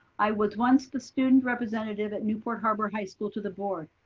i was once the student representative at newport harbor high school to the board.